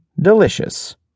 delicious